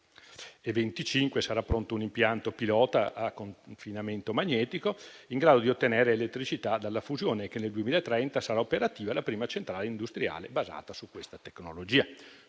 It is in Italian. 2025 sarà pronto un impianto pilota a confinamento magnetico in grado di ottenere elettricità dalla fusione e che nel 2030 sarà operativa la prima centrale industriale basata su questa tecnologia.